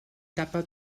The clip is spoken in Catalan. tapa